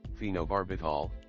phenobarbital